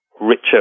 richer